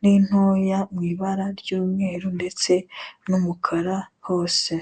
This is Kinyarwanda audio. n'intoya mu ibara ry'umweru ndetse n'umukara hose.